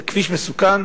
זה כביש מסוכן,